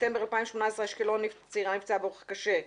ספטמבר 2018, אשקלון, צעירה נפצעה באורח קשה.